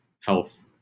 health